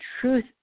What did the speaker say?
truth